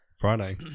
Friday